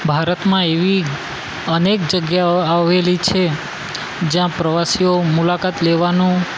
ભારતમાં એવી અનેક જગ્યાઓ આવેલી છે જયાં પ્રવાસીઓ મુલાકાત લેવાનું